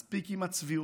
מספיק עם הצביעות.